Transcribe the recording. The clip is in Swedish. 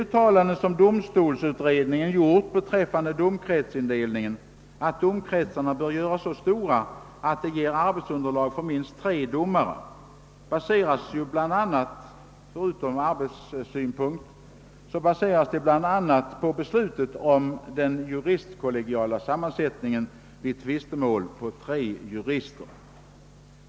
träffande domkretsindelningen, nämligen att domkretsarna bör göras så stora att de ger arbetsunderlag för minst tre domare, baseras ju bl.a. — förutom på arbetsfaktorer — på beslutet om den juristkollegiala sammansättningen med tre jurister i tvistemål.